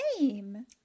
name